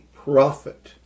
prophet